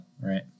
right